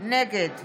נגד